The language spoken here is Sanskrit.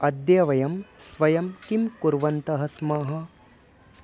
अद्य वयं स्वयं किं कुर्वन्तः स्मः